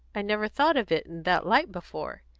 i never thought of it in that light before.